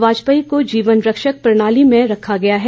वाजपेयी को जीवनरक्षक प्रणाली पर रखा गया है